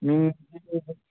ꯃꯤꯡꯁꯦ